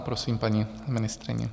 Prosím paní ministryni.